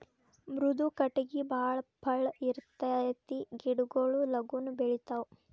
ಮೃದು ಕಟಗಿ ಬಾಳ ಪಳ್ಳ ಇರತತಿ ಗಿಡಗೊಳು ಲಗುನ ಬೆಳಿತಾವ